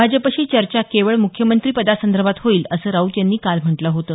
भाजपशी चर्चा केवळ मुख्यमंत्रीपदासंदर्भात होईल असं राऊत यांनी काल म्हटलं होतं